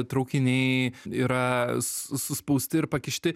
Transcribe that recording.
traukiniai yra su suspausti ir pakišti